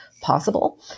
possible